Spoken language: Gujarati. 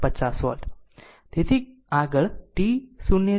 તેથી v1 v 4 50 વોલ્ટ